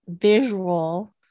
visual